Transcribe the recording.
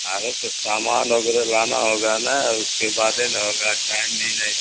ارے تو سامان وگیرہ لانا ہوگا نا اس کے بعدے نہ ہوگا ٹائم بھی نہیں